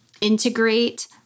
integrate